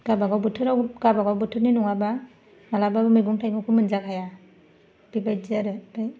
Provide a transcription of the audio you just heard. गावबागाव बोथोराव गावबागाव बोथोरनि नङाबा माब्लाबाबो मैगं थायगंखौ मोनजाखाया बेबायदि आरो ओमफ्राय